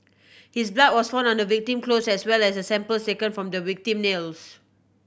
his blood was found on the victim clothes as well as on samples taken from the victim nails